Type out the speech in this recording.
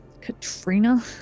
Katrina